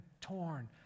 torn